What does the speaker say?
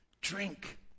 drink